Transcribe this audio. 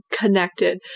connected